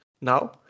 now